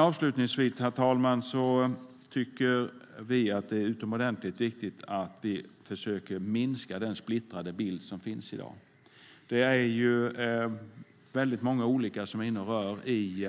Avslutningsvis, herr talman, tycker vi att det är utomordentligt viktigt att vi försöker minska den splittrade bild som finns i dag. Det är ju väldigt många som är inne och rör i